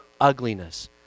ugliness